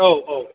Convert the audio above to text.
औ औ